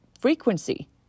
frequency